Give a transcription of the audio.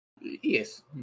Yes